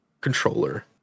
controller